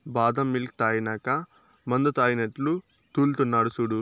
బాదం మిల్క్ తాగినాక మందుతాగినట్లు తూల్తున్నడు సూడు